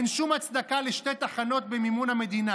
אין שום הצדקה לשתי תחנות במימון המדינה